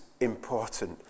important